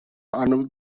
arnavut